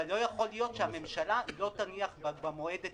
אבל לא יכול להיות שהממשלה לא תניח במועד את